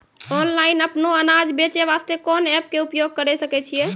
Online अपनो अनाज बेचे वास्ते कोंन एप्प के उपयोग करें सकय छियै?